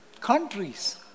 Countries